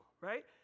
right